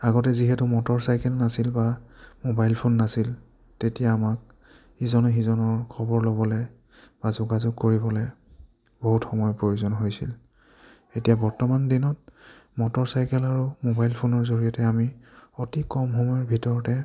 আগতে যিহেতু মটৰচাইকেল নাছিল বা মোবাইল ফোন নাছিল তেতিয়া আমাক ইজনে সিজনৰ খবৰ ল'বলৈ বা যোগাযোগ কৰিবলৈ বহুত সময়ৰ প্ৰয়োজন হৈছিল এতিয়া বৰ্তমান দিনত মটৰচাইকেল আৰু মোবাইল ফোনৰ জৰিয়তে আমি অতি কম সময়ৰ ভিতৰতে